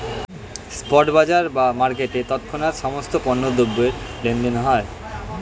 spot বাজার বা মার্কেটে তৎক্ষণাৎ সমস্ত পণ্য দ্রব্যের লেনদেন হয়